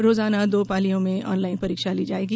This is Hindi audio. रोजाना दो पालियों में ऑनलाईन परीक्षा ली जायेगी